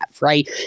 right